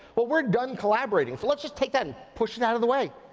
but we're done collaborating, so let's just take that and push it out of the way.